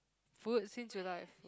food since you like